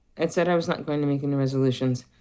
i'd said i was not going to make any resolutions,